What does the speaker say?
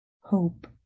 Hope